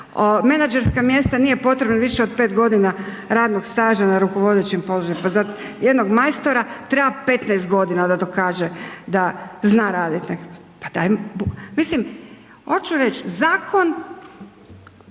menadžerska mjesta nije potrebno više od 5 godina radnog staža na rukovodećem položaju, pa zar jednom majstora treba 15 godina da dokaze da zna raditi neki, mislim hoću reći zakon